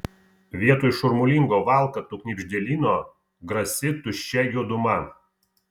vietoj šurmulingo valkatų knibždėlyno grasi tuščia juoduma